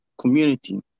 community